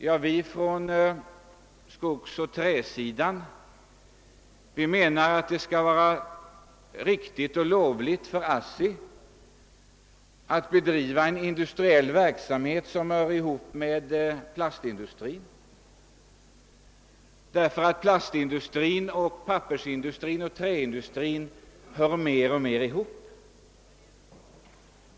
Jo, vi från skogsoch träsidan menar att det skall vara riktigt och lovligt för ASSI att bedriva en industriell verksamhet som hör ihop med plastindustri, därför att plastindustrin och pappersindustrin och träindustrin mer och mer hör ihop.